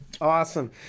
Awesome